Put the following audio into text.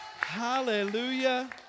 Hallelujah